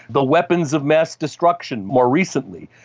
the weapons of mass destruction, more recently.